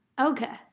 Okay